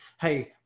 hey